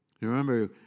Remember